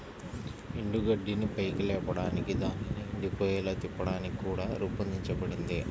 ఎండుగడ్డిని పైకి లేపడానికి దానిని ఎండిపోయేలా తిప్పడానికి కూడా రూపొందించబడింది